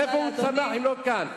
איפה הוא צמח אם לא כאן?